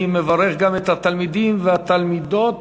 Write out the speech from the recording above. אני מברך גם את התלמידים והתלמידות